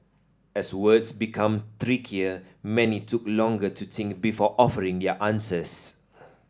as words became trickier many took longer to think before offering their answers